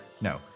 no